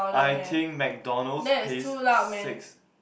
I think MacDonald's pays six